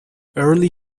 early